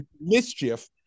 mischief